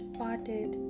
parted